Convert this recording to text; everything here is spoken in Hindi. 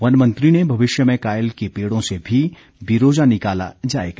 वन मंत्री ने भविष्य में कायल के पेड़ों से भी बिरोजा निकाला जाएगा